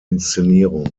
inszenierung